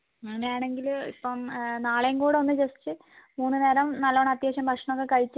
അങ്ങനെയാണെങ്കില് ഇപ്പം നാളെയും കൂടെ ഒന്ന് ജസ്റ്റ് മൂന്ന് നേരം നല്ലോണം അത്യാവശ്യം ഭക്ഷണമൊക്കെ കഴിച്ചിട്ട്